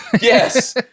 Yes